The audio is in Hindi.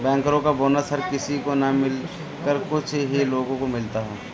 बैंकरो का बोनस हर किसी को न मिलकर कुछ ही लोगो को मिलता है